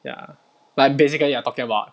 ya like basically you are talking about